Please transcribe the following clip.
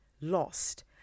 lost